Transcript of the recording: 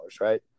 right